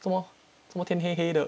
怎么怎么天黑黑的